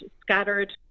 scattered